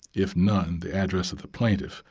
if none, the address of the plaintiff,